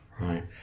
right